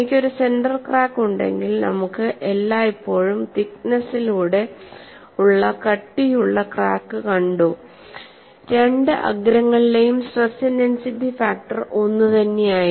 എനിക്ക് ഒരു centre crack ഉണ്ടെങ്കിൽ നമുക്ക് എല്ലായ്പ്പോഴും തിക്നെസിലൂടെ ഉള്ള കട്ടിയുള്ള ക്രാക്ക് കണ്ടു രണ്ട് അഗ്രങ്ങളിലെയും സ്ട്രെസ് ഇന്റെൻസിറ്റി ഫാക്ടർ ഒന്നുതന്നെയായിരുന്നു